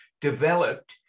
developed